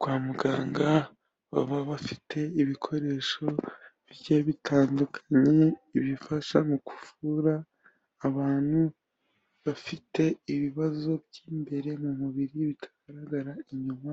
Kwa muganga baba bafite ibikoresho bigiye bitandukanye, ifasha mu kuvura abantu bafite ibibazo by'imbere mu mubiri bitagaragara inyuma,